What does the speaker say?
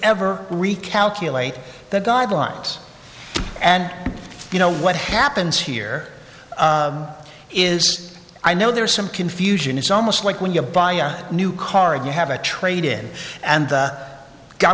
ever recalculate the guidelines and you know what happens here is i know there is some confusion it's almost like when you buy a new car and you have a traded and the guy